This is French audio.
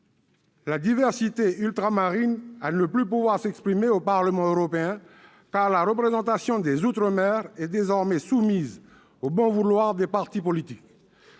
la diversité ultramarine à ne plus pouvoir s'exprimer au Parlement européen, car la représentation des outre-mer est désormais soumise au bon vouloir des partis politiques.